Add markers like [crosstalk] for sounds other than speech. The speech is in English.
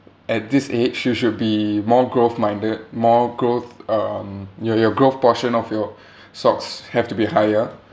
at this age you should be more growth minded more growth um your your growth portion of your [breath] stocks have to be higher